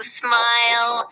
smile